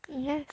mmhmm